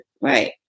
Right